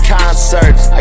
concerts